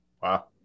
Wow